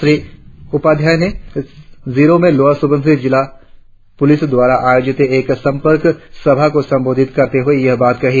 श्री उपाध्याय कल जिरो में लोअर सुबनसिरी जिला पुलिस द्वारा आयोजित एक संपर्क सभा को संबोधित करते हुए यह बात कहीं